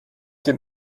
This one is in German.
dem